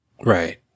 right